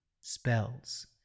spells